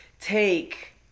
take